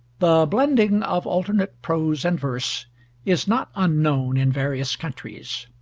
the blending of alternate prose and verse is not unknown in various countries.